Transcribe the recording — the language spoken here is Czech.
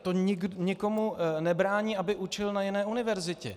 To nikomu nebrání, aby učil na jiné univerzitě.